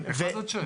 אחד עד שש.